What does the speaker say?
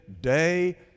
day